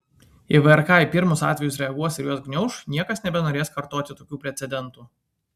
jei vrk į pirmus atvejus reaguos ir juos gniauš niekas nebenorės kartoti tokių precedentų